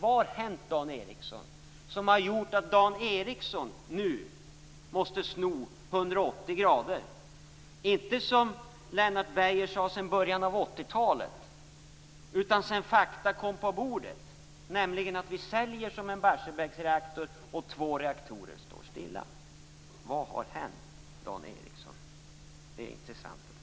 Då måste man fråga sig: Vad har hänt som gjort att Dan Ericsson nu måste sno 180 grader - inte som Lennart Beijer sade sedan början av 80-talet utan sedan fakta kom på bordet, nämligen att vi säljer motsvarande en Barsebäcksreaktor och att två reaktorer står stilla? Vad har hänt, Dan Ericsson? Det vore intressant att veta.